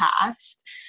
past